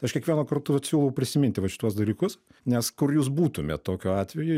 aš kiekvienu kartu vat siūlau prisiminti va šituos dalykus nes kur jūs būtumėt tokiu atveju